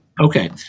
Okay